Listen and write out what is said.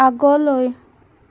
আগলৈ